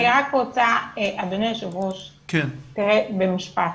אדוני היושב ראש, במשפט.